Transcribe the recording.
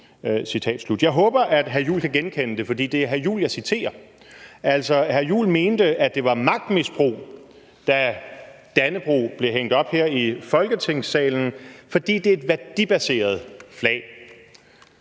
Jeg håber, at hr. Christian Juhl kan genkende det, for det er hr. Christian Juhl, jeg citerer. Altså, hr. Christian Juhl mente, at det var magtmisbrug, da dannebrog blev hængt op her i Folketingssalen, fordi det er et værdibaseret flag.